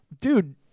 dude